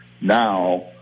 now